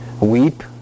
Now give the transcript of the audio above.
weep